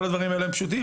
כל הדברים האלה הם פשוטים,